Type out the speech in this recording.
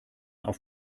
auf